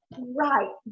Right